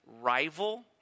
rival